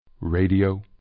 Radio